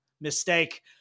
mistake